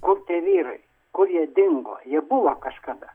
kur tie vyrai kur jie dingo jie buvo kažkada